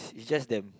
it's just them